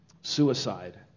suicide